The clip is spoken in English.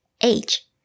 age